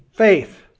Faith